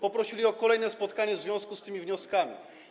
Poprosili o kolejne spotkanie w związku z tymi wnioskami.